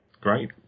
Great